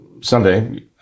Sunday